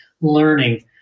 learning